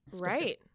Right